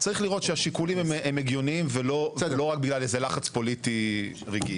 צריך לראות שהשיקולים הם הגיוניים ולא רק בגלל איזה לחץ פוליטי רגע.